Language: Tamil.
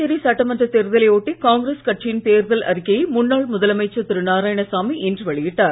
புதுச்சேரி சட்டமன்ற தேர்தலை ஒட்டி காங்கிரஸ் கட்சியின் தேர்தல் அறிக்கையை முன்னாள் முதலமைச்சர் திரு நாராயணசாமி இன்று வெளியிட்டார்